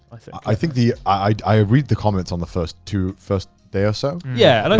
i think. i think the, i read the comments on the first two, first day or so, yeah. like